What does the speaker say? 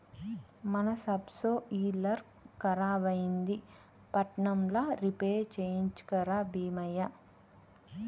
మన సబ్సోయిలర్ ఖరాబైంది పట్నంల రిపేర్ చేయించుక రా బీమయ్య